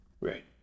Right